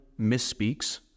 misspeaks